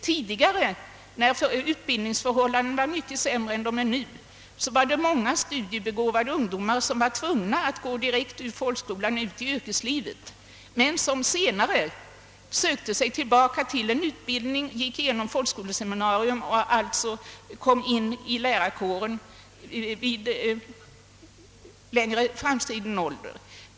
Tidigare, när utbildningsförhållandena var mycket sämre än de är nu, var det många studiebegåvade ungdomar som var tvungna att gå direkt ur folkskolan ut i yrkeslivet men som senare sökte sig tillbaka till en utbildning, gick igenom folkskoleseminarium och alltså kom in i lärarkåren vid mera framskriden ålder.